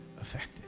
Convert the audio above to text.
affected